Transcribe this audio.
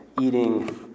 eating